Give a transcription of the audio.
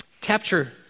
Capture